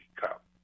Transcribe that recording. cup